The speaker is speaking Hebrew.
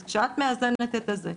אז כשאת מאזנת את זה,